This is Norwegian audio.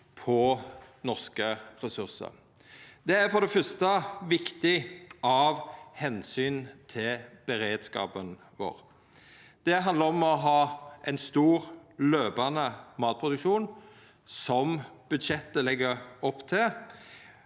på norske ressursar. Det er for det fyrste viktig av omsyn til beredskapen vår. Det handlar om å ha ein stor, løpande matproduksjon – som budsjettet legg opp til